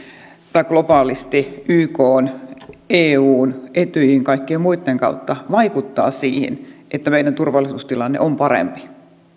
tai globaalisti ykn eun etyjin kaikkien muitten kautta vaikuttaa siihen että meidän turvallisuustilanteemme on parempi